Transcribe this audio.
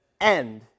end